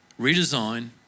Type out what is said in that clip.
redesign